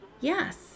Yes